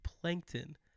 plankton